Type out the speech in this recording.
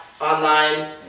online